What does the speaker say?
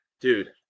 Dude